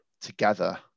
together